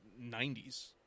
90s